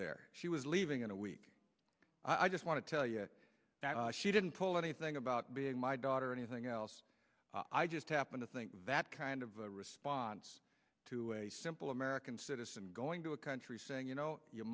there she was leaving in a week i just want to tell you that she didn't pull anything about being my daughter or anything else i just happen to think that kind of a response to a simple american citizen going to a country saying you know you